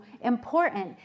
important